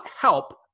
help